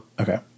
Okay